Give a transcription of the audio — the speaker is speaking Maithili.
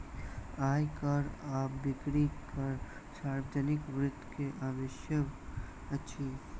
आय कर आ बिक्री कर सार्वजनिक वित्त के अवयव अछि